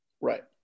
Right